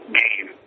game